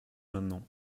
maintenant